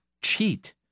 cheat